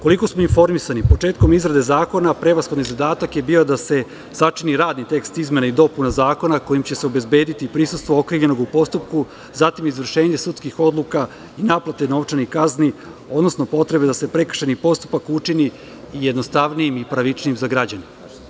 Koliko smo informisani, početkom izrade zakona prevashodni zadatak je bio da se sačini radni tekst izmena i dopuna zakona, kojim će se obezbediti prisustvo okrivljenog u postupku, zatim izvršenje sudskih odluka i naplate novčanih kazni, odnosno potrebe da se prekršajni postupak učini jednostavnijim i pravičnijim za građane.